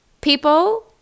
people